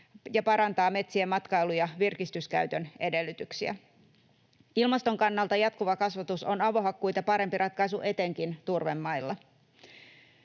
ja parantaa metsien matkailu- ja virkistyskäytön edellytyksiä. Ilmaston kannalta jatkuva kasvatus on avohakkuita parempi ratkaisu etenkin turvemailla.